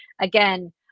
again